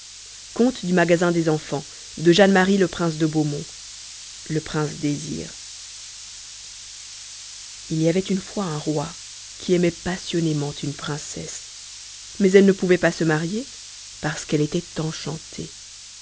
il y avait une fois un roi qui aimait passionnément une princesse mais elle ne pouvait pas se marier parce qu'elle était enchantée